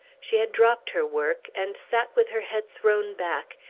she had dropt her work, and sat with her head thrown back,